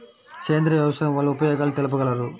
సేంద్రియ వ్యవసాయం వల్ల ఉపయోగాలు తెలుపగలరు?